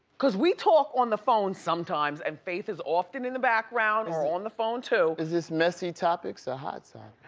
cause we talk on the phone sometimes and faith is often in the background, she's on the phone too is this messy topics, or hot so